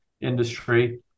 industry